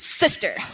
sister